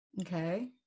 Okay